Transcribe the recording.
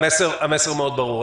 המסר ברור מאוד.